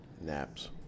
Naps